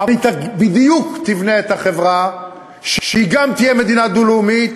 אבל היא בדיוק תבנה את החברה שתהיה גם מדינה דו-לאומית